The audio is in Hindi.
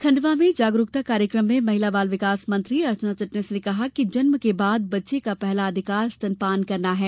खण्डवा में जागरूकता कार्यक्रम में महिला बाल विकास मंत्री अर्चना चिटनीस ने कहा कि जन्म के बाद बच्चे का पहला अधिकार स्तनपान करना है